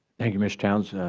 thank you, mr towns.